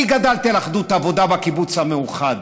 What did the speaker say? אני גדלתי על אחדות העבודה בקיבוץ המאוחד,